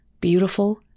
Beautiful